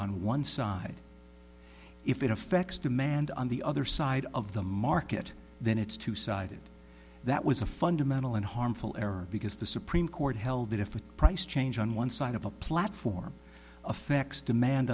on one side if it affects demand on the other side of the market then it's two sided that was a fundamental and harmful error because the supreme court held that if the price change on one side of a platform affects demand